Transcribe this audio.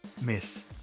miss